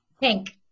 Pink